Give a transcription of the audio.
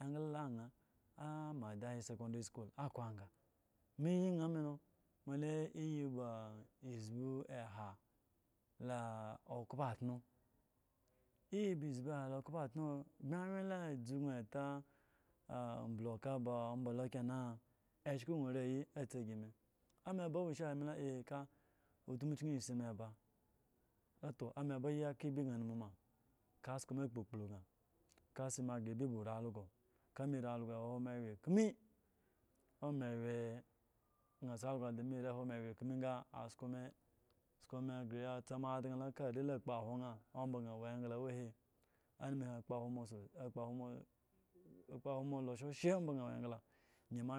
an ari la mada hlls secondary school akwanga mele iyi na mela mo la iyi ba ezbo ha ha okpo atuno iyi ba ezbo ha la okpo atuno? Bmi wye dzudno eta aple uka ba omba lo kenan eswko gno eriyi atsi si me lame eba awoshi ahe me lo ma ka utmu kyen ayin asi me eba alo mo to ame eba ka ebi gan anumu ma ka asku me a gbogbo gan a sa me agre ebi ba ori also ka me eri also wo me ogre ebi ba ori also ka me eri also wo me hye kmi ame hye gan asi also adame ehye kmi sa asku me, sku me agree ya tsa moa adan ka are ya akpow in omba ga awo esta awo he anumu he akpowo so akpowo moa loosheshe